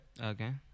Okay